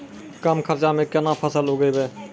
कम खर्चा म केना फसल उगैबै?